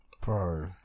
bro